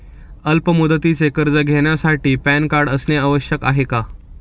अल्प मुदतीचे कर्ज घेण्यासाठी पॅन कार्ड असणे आवश्यक आहे का?